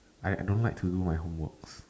I I don't like to do my homework